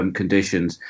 conditions